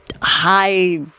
high